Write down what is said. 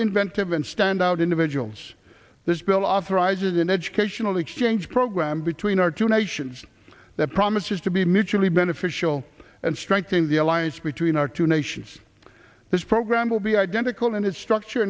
inventive and standout individuals this bill authorizing an educational exchange program between our two nations that promises to be mutually beneficial and strengthening the alliance between our two nations this program will be identical in its structure